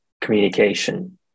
communication